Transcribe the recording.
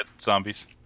Zombies